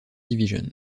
division